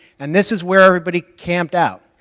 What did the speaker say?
and this is where everybody camped out,